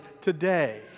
today